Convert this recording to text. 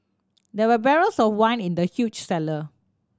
there were barrels of wine in the huge cellar